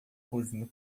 cozinha